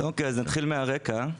נתחיל מהרקע,